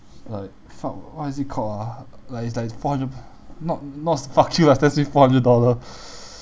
like fuck what is it called ah like it's like four hundred not not fuck you ah stan smith four hundred dollar